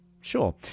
sure